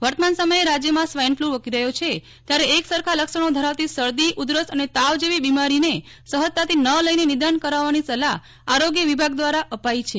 વર્તમાન સમયે રાજ્યમાં સ્વાઇન ફ્લુ વકરી રહ્યો છે ત્યારે એક સરખા લક્ષણો ધરાવતી શરદી ઉધરસ અને તાવ જેવી બીમારીને સહજતાથી ન લઇને નિદાન કરાવવાની સલાહ આરોગ્ય વિભાગ દ્વારા અપાઇ છે